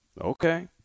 Okay